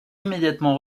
immédiatement